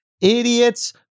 idiots